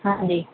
हां जी